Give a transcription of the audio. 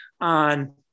on